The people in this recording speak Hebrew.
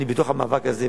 אני בתוך המאבק הזה,